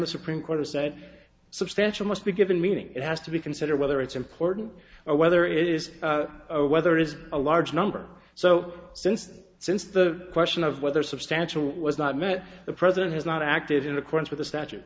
the supreme court has said substantial must be given meaning it has to be considered whether it's important or whether it is or whether it's a large number so since since the question of whether substantial was not met the president has not acted in accordance with the statu